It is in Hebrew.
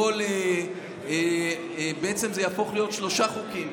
וזה בעצם יהפוך להיות שלושה חוקים.